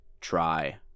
try